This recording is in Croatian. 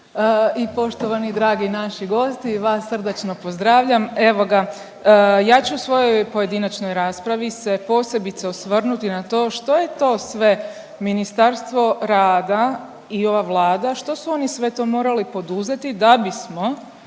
i poštovani dragi naši gosti vas srdačno pozdravljam. Evo ga ja ću u svojoj pojedinačnoj raspravi se posebice osvrnuti na to što je to sve Ministarstvo rada i ova Vlada što su oni to sve morali poduzeti da bismo